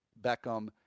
Beckham